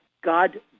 God